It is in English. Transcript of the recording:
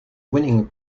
winning